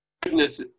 goodness